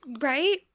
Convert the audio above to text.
Right